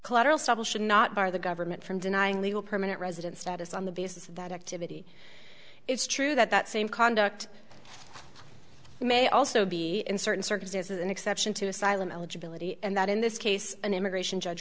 collateral stubble should not bar the government from denying legal permanent resident status on the basis of that activity it's true that that same conduct may also be in certain circumstances an exception to asylum eligibility and that in this case an immigration judge